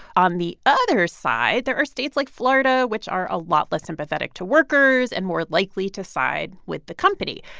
on the other side, there are states like florida, which are a lot less empathetic to workers and more likely to side with the company.